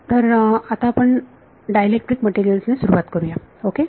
तर आता आपण डायलेक्ट्रिक मटेरियल्स ने सुरुवात करूया ओके